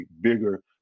bigger